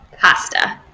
Pasta